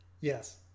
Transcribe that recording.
Yes